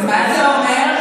אז מה זה אומר?